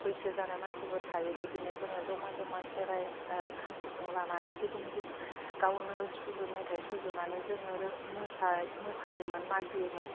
बैसो जानाय मानसिबो थायो बिदिनो जोङो जमा जमा खेराइ खाम सिफुं लानानै गिदिं गिदिं गावनो सुजु मेथाइ सुजुनानै जोङो मोसा मोसायोमोन मागियोमोन